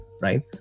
right